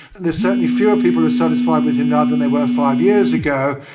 there are certainly fewer people satisfied with him now than there were five years ago.